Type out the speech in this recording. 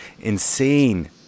insane